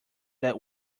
that